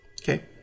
Okay